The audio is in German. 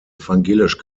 evangelisch